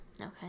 okay